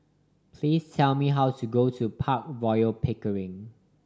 please tell me how to go to Park Royal On Pickering